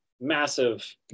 massive